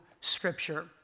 Scripture